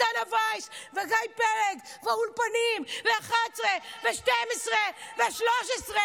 ודנה ויס וגיא פלג והאולפנים ו-11 ו-12 ו-13,